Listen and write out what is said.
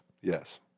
Yes